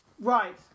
Right